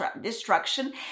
destruction